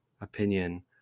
opinion